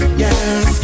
yes